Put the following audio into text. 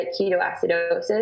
ketoacidosis